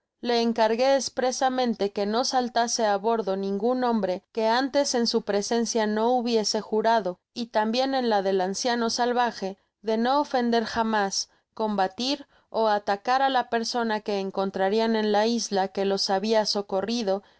le encargué espresamente que no saltase á bordo ningun hombre que antes en su presencia no hubiese jurado y tambien en la del anciano salvaje de no ofender jamás combatir ó atacar á la persona que encontrarian en la isla que los habia socorrido